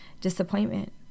disappointment